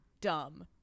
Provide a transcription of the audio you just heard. dumb